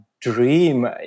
dream